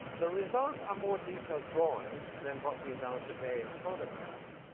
the results are more detailed drawings than what we know today as photographs,